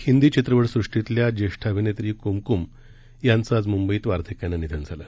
हिंदी चित्रपट सृष्टीतल्या ज्येष्ठ अभिनेत्री क्मक्म यांचं आज मंबईत वार्धक्यानं निधन झालं